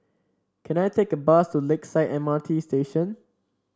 can I take a bus to Lakeside M R T Station